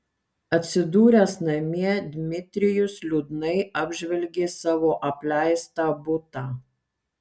atsidūręs namie dmitrijus liūdnai apžvelgė savo apleistą butą